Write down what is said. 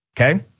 okay